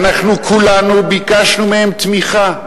ואנחנו כולנו ביקשנו מהם תמיכה,